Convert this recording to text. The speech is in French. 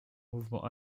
mouvement